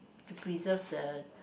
to preserve the